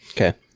Okay